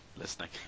listening